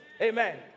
amen